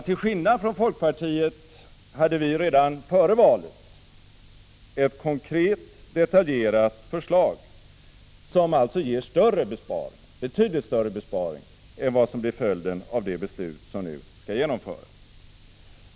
Till skillnad från folkpartiet presenterade vi redan före valet ett konkret detaljerat förslag, som ger betydligt större besparing än vad som blir följden av det regeringsförslag som nu skall genomföras.